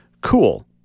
cool